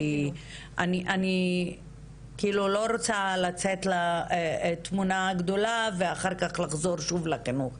כי אני לא רוצה לצאת מהתמונה הגדולה ואחר כך לחזור שוב לחינוך.